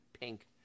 pink